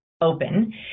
open